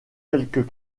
quelques